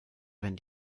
wenn